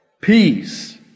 peace